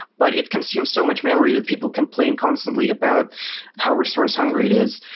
but it consumes so much memory that people complain constantly about how resource hungry it is.